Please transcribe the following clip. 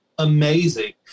Amazing